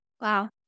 wow